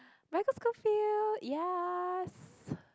Michael-Scofield yes